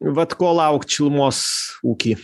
vat ko laukt šilumos ūky